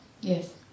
Yes